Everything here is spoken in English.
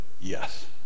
yes